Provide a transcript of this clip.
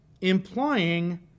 implying